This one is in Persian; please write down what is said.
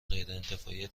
غیرانتفاعی